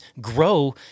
grow